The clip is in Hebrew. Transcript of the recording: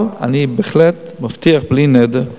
אבל אני בהחלט מבטיח, בלי נדר,